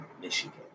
Michigan